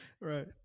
Right